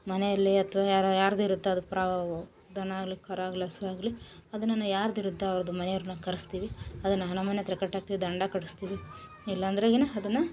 ಮನೆಲ್ಲಿ ಅಥ್ವಾ ಯಾರೋ ಯಾರದು ಇರುತ್ತೆ ಅದಕ್ಕೆ ಪ್ರವ ದನಾಗಲಿ ಕರಾಗಲಿ ಹಸುವಾಗಿ ಅದನ್ನು ಯಾರದು ಇರುತ್ತೋ ಅವ್ರದು ಮನೆಯವ್ರನ್ನು ಕರೆಸ್ತೀವಿ ಅದನ್ನು ಹನು ಮನೆ ಹತ್ರ ಕಟ್ಟಾಕ್ತೀವಿ ದಂಡ ಕಟ್ಟಿಸ್ತೀವಿ ಇಲ್ಲಾಂದ್ರೆ ಏನು ಅದನ್ನು